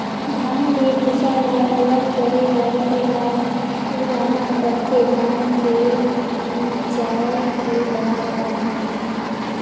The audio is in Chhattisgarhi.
धान ले भूसा ल अलग करे बर ओला उड़वाना परथे धान के मिंजाए के बाद म